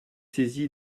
saisi